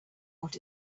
what